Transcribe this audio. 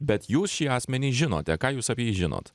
bet jūs šį asmenį žinote ką jūs apie jį žinot